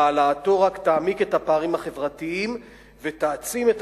והעלאתו רק תעמיק את הפערים החברתיים ותעצים את